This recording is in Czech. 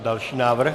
Další návrh.